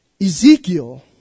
Ezekiel